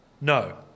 No